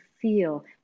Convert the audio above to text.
feel